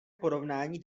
porovnání